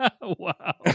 Wow